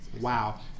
Wow